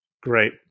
Great